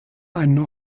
einen